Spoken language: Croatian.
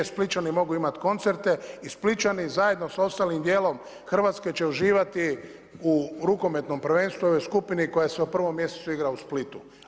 Splićani mogu imati koncerte i Splićani zajedno s ostalim dijelom Hrvatske će uživati u rukometnom prvenstvu u ovoj skupini koja se u 1. mjesecu igra u Splitu.